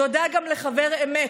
תודה גם לחבר אמת,